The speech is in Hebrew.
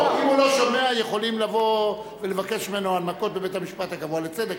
אם הוא לא שומע יכולים לבוא ולבקש ממנו הנמקות בבית-המשפט הגבוה לצדק.